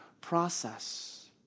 process